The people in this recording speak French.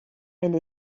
elle